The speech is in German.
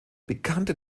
bekannte